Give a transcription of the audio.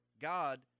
God